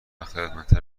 خردمندتر